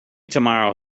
tomorrow